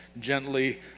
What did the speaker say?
gently